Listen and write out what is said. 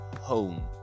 home